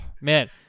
man